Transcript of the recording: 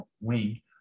wing